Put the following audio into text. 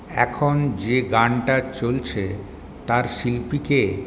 এখন যে গানটা চলছে তার শিল্পী কে